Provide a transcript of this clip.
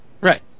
Right